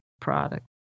product